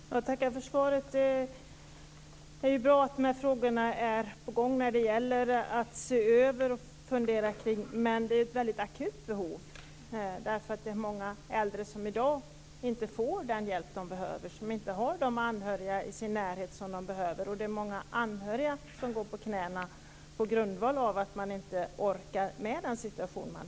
Herr talman! Jag tackar för svaret. Det är bra att något är på gång när det gäller att se över och fundera kring de här frågorna. Men det här är ett väldigt akut behov. Det är många äldre som i dag inte får den hjälp och inte har de anhöriga i sin närhet som de behöver. Det är också många anhöriga som går på knäna på grund av att de inte orkar med sin situation.